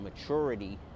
maturity